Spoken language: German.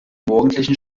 morgendlichen